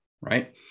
right